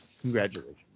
congratulations